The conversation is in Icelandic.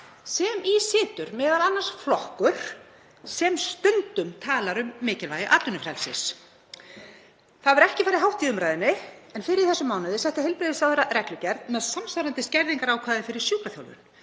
sem í situr m.a. flokkur sem stundum talar um mikilvægi atvinnufrelsis. Það hefur ekki farið hátt í umræðunni en fyrr í þessum mánuði setti heilbrigðisráðherra reglugerð með samsvarandi skerðingarákvæði fyrir sjúkraþjálfun.